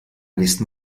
nächsten